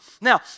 Now